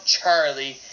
Charlie